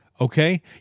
okay